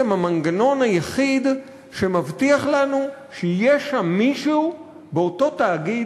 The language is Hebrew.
המנגנון היחיד שמבטיח לנו שיהיה שם מישהו באותו תאגיד,